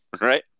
right